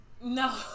No